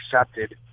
accepted